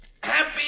Happy